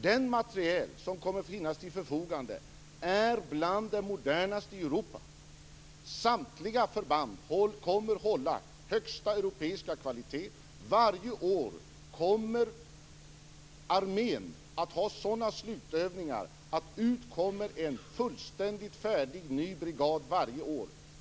Den materiel som kommer att finnas till förfogande är bland den modernaste i Europa. Samtliga förband kommer att hålla högsta europeiska kvalitet. Varje år kommer armén att ha sådana slutövningar att ut kommer en fullständigt färdig ny brigad.